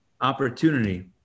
opportunity